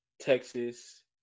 Texas